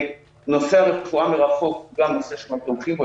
נושא הרפואה מרחוק אנחנו תומכים בו.